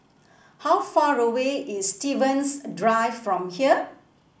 how far away is Stevens Drive from here